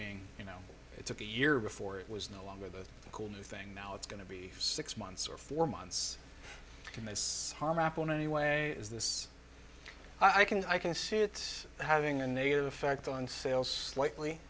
being you know it took a year before it was no longer the cool new thing now it's going to be six months or four months from this harm apple in any way is this i can i can see it having a negative effect on sales slightly